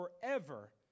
forever